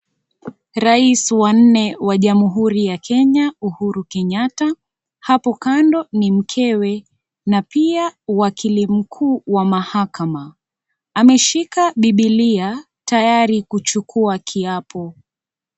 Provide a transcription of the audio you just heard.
Rais wa nne wa jamuhuri ya Kenya Uhuru Kenyatta hapo kando ni mkewe na pia wakili mkuu wa mahakama ameshika bibilia tayari kuchukua kiapo.